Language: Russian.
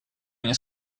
они